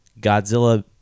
Godzilla